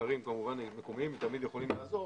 מחקרים תמיד יכולים לעזור